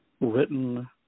written